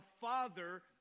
Father